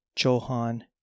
Johan